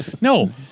No